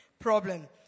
problem